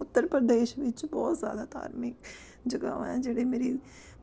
ਉੱਤਰ ਪ੍ਰਦੇਸ਼ ਵਿੱਚ ਬਹੁਤ ਜ਼ਿਆਦਾ ਧਾਰਮਿਕ ਜਗ੍ਹਾਵਾਂ ਹੈ ਜਿਹੜੇ ਮੇਰੀ